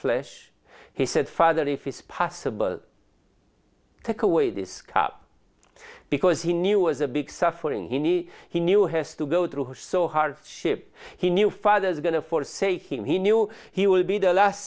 flesh he said father if it's possible take away this cup because he knew as a big suffering he he knew has to go through so hard ship he knew father is going to forsake him he knew he would be the last